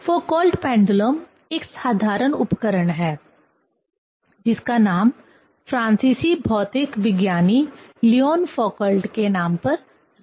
Foucault pendulum एक साधारण उपकरण है जिसका नाम फ्रांसीसी भौतिक विज्ञानी लियोन फौकॉल्ट के नाम पर रखा गया है